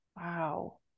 Wow